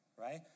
right